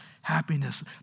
happiness